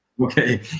Okay